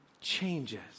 changes